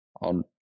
on